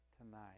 tonight